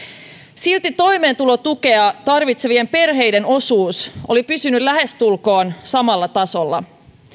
silti toimeentulotukea tarvitsevien perheiden osuus oli pysynyt lähestulkoon samalla tasolla